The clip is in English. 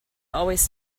always